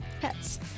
pets